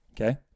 okay